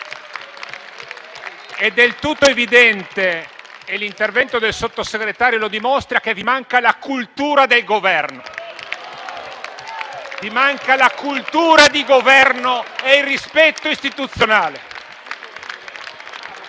È del tutto evidente - e l'intervento del Sottosegretario lo dimostra - che vi manca la cultura del Governo. Vi mancano la cultura di Governo e il rispetto istituzionale.